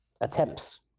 attempts